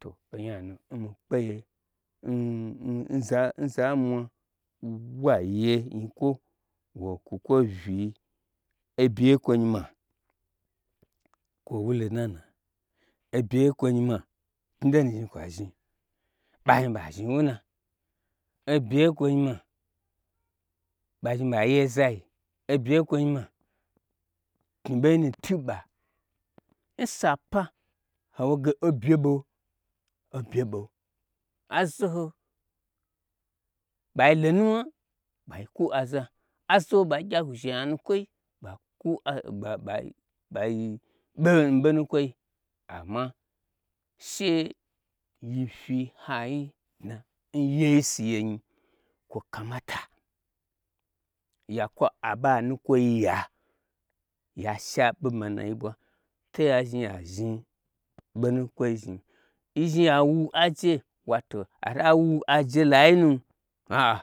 To onyanu n mi kpeye n nza mwa wa ye nyi kwo, wo kwu kwo vyie bye ye kwonyi ma kwo wulo nana ebye ye kwonyi ma knyi donu zhni kwa zhni ɓa zhni ɓa zhni n wuna, ebye ye kwonyi ma ɓa zni ɓa ye nzai, ebye ye kwonyima knyi ɓei nutu nɓa. Nsapa hawo ge obye ɓo azo ho ɓai lo nuwna ɓai kwu aza, azoho ɓai gye agwu zhein anu kwoi ɓai ɓe n ɓo nukwoi amma she yi fyi nhaiyi dna n yeisu ye nyi kwo kamata ya kwu aɓo anu kwoi ya, ya shi aɓo manai ɓwa teya zni ya zhni ɓo nukwoi zhnia yi zhni ya wu aje wato ata wu aje lainu a'a